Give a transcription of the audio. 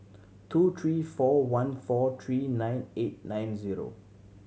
two three four one four three nine eight nine zero